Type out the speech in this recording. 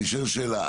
אני שואל שאלה,